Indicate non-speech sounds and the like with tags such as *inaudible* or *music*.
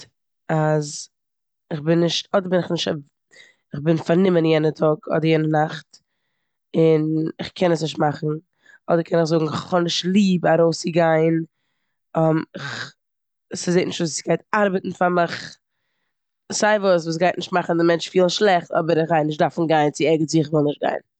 *noise* אז כ'בין נישט- אדער בין איך נישט אוו- כ'בין פארנומען יענע טאג אדער יענע נאכט און כ'קען עס נישט מאכן. אדער קען איך זאגן כ'האב נישט ליב ארויסצוגיין, *hesitation* ס'זעט נישט אויס ווי ס'גייט ארבעטן פאר מיך. סיי וואס וואס גייט נישט מאכן די מענטש פילן שלעכט אבער כ'גיי נישט דארפן גיין צו ערגעץ וואו כ'וויל נישט גיין.